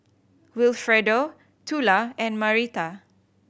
Wilfredo Tula and Marietta